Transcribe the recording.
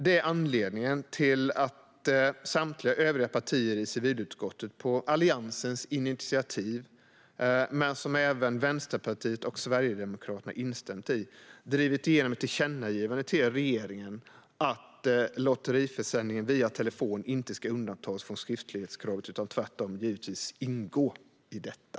Det är anledningen till att samtliga övriga partier i civilutskottet på Alliansens initiativ drivit igenom ett tillkännagivande, som alltså även Vänsterpartiet och Sverigedemokraterna instämt i, till regeringen om att lotteriförsäljning via telefon inte ska undantas från skriftlighetskravet utan tvärtom givetvis ingå i detta.